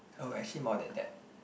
oh actually more than that